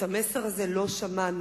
ואת המסר הזה לא שמענו.